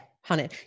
Honey